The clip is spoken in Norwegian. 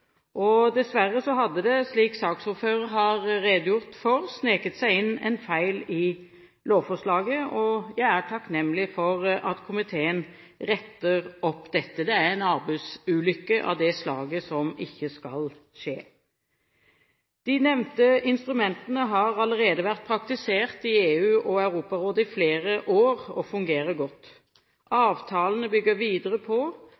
behandles. Dessverre hadde det, slik saksordføreren har redegjort for, sneket seg inn en feil i lovforslaget, og jeg er takknemlig for at komiteen retter opp dette. Det er en arbeidsulykke av det slaget som ikke skal skje. De nevnte instrumentene har allerede vært praktisert i EU og Europarådet i flere år og fungerer godt. Avtalene bygger videre på